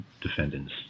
defendants